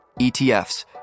ETFs